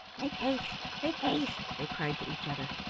make haste! make haste! they cried to each other.